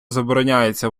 забороняється